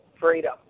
freedom